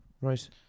Right